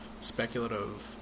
speculative